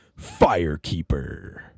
Firekeeper